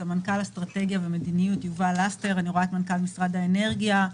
סמנכ"ל אסטרטגיה ומדיניות יובל לסטר; אני רואה את מנכ"ל משרד האנרגיה,